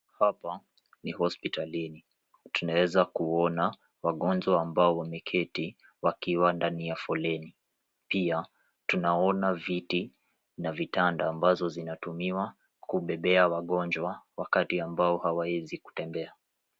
Hapa ni hospitalini. Tunaweza kuona wagonjwa ambao wameketi wakiwa ndani ya foleni. Pia tunaona viti na vitanda ambavyo vinatumiwa kubebea wagonjwa wakati ambao hawawezi kutembea.